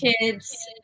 kids